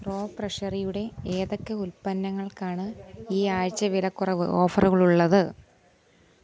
raw പ്രഷെറിയുടെ ഏതൊക്കെ ഉൽപ്പന്നങ്ങൾക്കാണ് ഈ ആഴ്ച്ച വിലക്കുറവ് ഓഫറുകളുള്ളത്